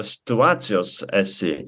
situacijos esi